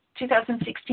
2016